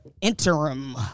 interim